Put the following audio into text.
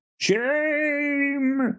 shame